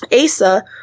Asa